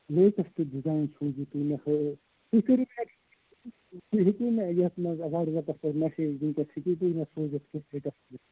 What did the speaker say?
latest design تُہۍ مےٚ تُہۍ کٔرِو تُہۍ ہٮ۪کِو مےٚ یَتھ منٛز وَٹزَپَس پٮ۪ٹھ مسیج وٕنۍکٮ۪س ہیٚکِو تُہۍ مےٚ سوٗزِتھ